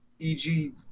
EG